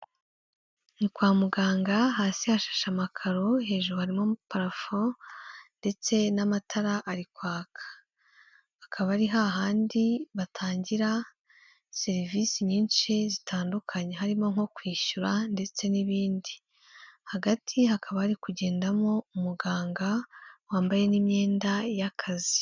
Ni kwa muganga hasi hashashe amakaro, hejuru harimo parafo ndetse n'amatara ari kwaka. Akaba ari hahandi batangira serivisi nyinshi zitandukanye, harimo nko kwishyura ndetse n'ibindi, hagati hakaba hari kugendamo umuganga wambaye n'imyenda y'akazi.